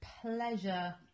pleasure